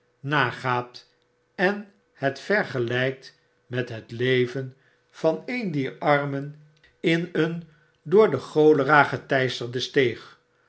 nagaat en het vergelykt met het leven van een dier armen in een door de cholera geteisterde steeg